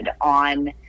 on